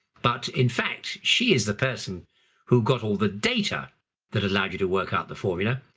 but, in fact, she is the person who got all the data that allowed you to work out the formula.